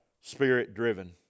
spirit-driven